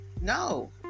No